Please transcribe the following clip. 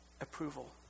approval